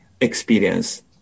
experience